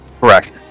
Correct